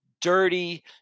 dirty